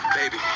baby